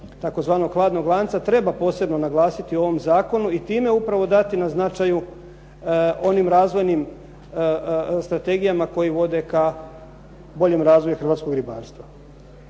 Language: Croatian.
tzv. hladnog lanca treba posebno naglasiti u ovom zakonu i time upravo dati na značaju onim razvojnim strategijama koji vode ka boljem razvoju hrvatskog ribarstva.